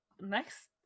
next